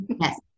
Yes